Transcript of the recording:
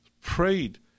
prayed